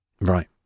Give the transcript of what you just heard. Right